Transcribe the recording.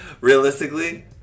realistically